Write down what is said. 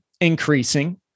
increasing